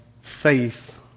faith